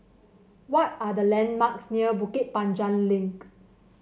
what are the landmarks near Bukit Panjang Link